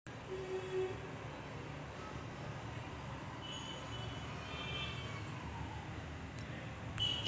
शंखशिंपल्यांची लागवड दोरखंडावर किंवा पिशव्यांवर किंवा पिंजऱ्यांवर अनेक प्रकारे केली जाते